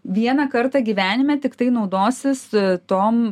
vieną kartą gyvenime tiktai naudosis tom